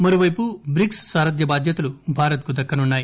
మరోవైపు బ్రిక్స్ సారధ్య బాధ్యతలు భారత్ కు దక్కనున్నాయి